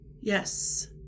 Yes